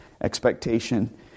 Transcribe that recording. expectation